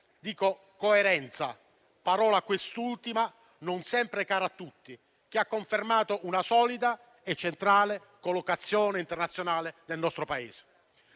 dico «coerenza», parola quest'ultima non sempre cara a tutti - che ha confermato una solida e centrale collocazione internazionale del nostro Paese.